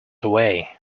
away